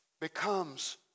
becomes